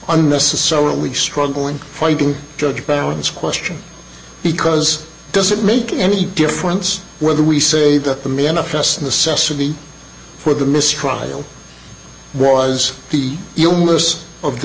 unnecessarily struggling fighting judge balance question because it doesn't make any difference whether we say that the manifest necessity for the mistrial was the illness of the